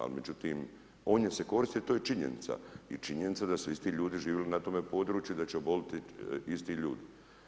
Al, međutim, on se je koristio i to je činjenica i činjenica da su isti ljudi živjeli na tome području, da će oboljeti isti ljudi.